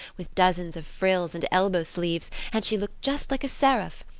with dozens of frills and elbow sleeves, and she looked just like a seraph.